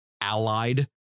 allied